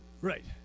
Right